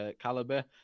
calibre